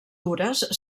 dures